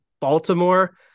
Baltimore